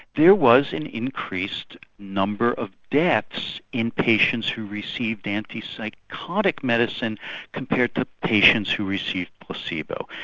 there was an increased number of deaths in patients who received antipsychotic medicine compared to patients who received placebo.